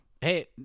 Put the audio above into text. Hey